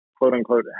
quote-unquote